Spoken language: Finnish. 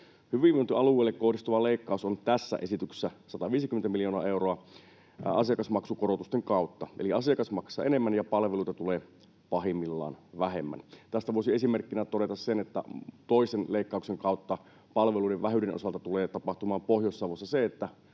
Hyvinvointialueille kohdistuva leikkaus on tässä esityksessä 150 miljoonaa euroa asiakasmaksukorotusten kautta. Eli asiakas maksaa enemmän ja palveluita tulee pahimmillaan vähemmän. Tästä voisi esimerkkinä todeta sen, että toisen leikkauksen kautta palveluiden vähyyden osalta tulee tapahtumaan Pohjois-Savossa se, että